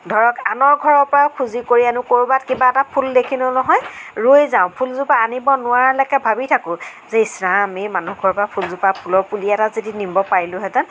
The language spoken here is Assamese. ধৰক আনৰ ঘৰৰ পৰা খোজি কৰি আনো কৰবাত কিবা এটা ফুল দেখিলোঁ নহয় ৰৈ যাওঁ ফুলজোপা আনিব নোৱাৰালৈকে ভাবি থাকো যে ইছ ৰাম এই মানুহঘৰৰ পৰা ফুলজোপা ফুলৰ পুলি এটা যদি নিব পাৰিলোঁহেতেন